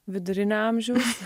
vidurinio amžiaus